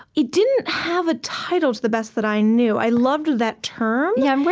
it didn't have a title, to the best that i knew. i loved that term yeah,